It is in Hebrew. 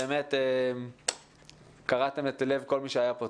באמתם קרעתם את הלב של כל מי שהיה כאן.